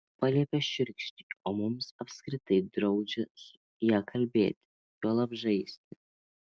paliepia šiurkščiai o mums apskritai draudžia su ja kalbėti juolab žaisti